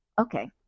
Okay